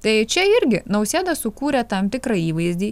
tai čia irgi nausėda sukūrė tam tikrą įvaizdį